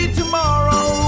tomorrow